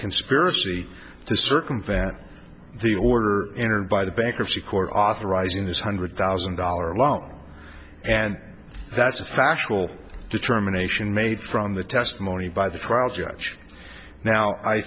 conspiracy to circumvent the order entered by the bankruptcy court authorizing this hundred thousand dollar loan and that's a factual determination made from the testimony by the trial judge now i